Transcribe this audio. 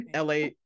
LA